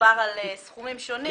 דובר על סכומים שונים.